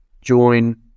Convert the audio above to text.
join